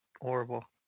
horrible